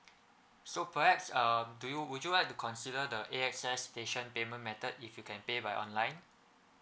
so perhaps um do you would you like to consider the A_X_S station payment method if you can pay by online